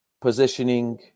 positioning